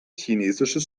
chinesisches